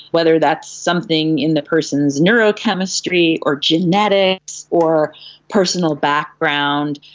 whether that's something in the person's neurochemistry or genetics or personal background,